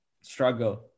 struggle